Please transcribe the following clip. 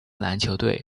篮球队